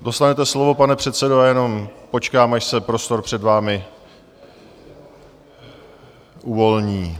Dostanete slovo, pane předsedo, jenom počkám, až se prostor před vámi uvolní.